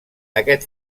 aquest